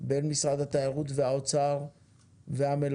בין משרד התיירות ומשרד האוצר והמלונות,